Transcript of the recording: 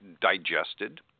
digested